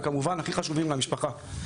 וכמובן הכי חשובים זה המשפחה,